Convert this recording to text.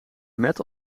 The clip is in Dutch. met